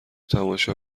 تماشا